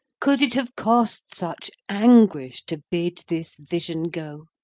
could it have cost such anguish to bid this vision go?